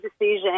decision